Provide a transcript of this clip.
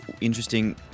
interesting